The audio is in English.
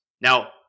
Now